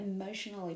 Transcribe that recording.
emotionally